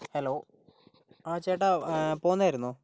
hello ആ ചേട്ടാ പോന്നായിരുന്നോ